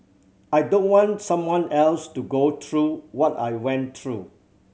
I don't want someone else to go through what I went through